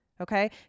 Okay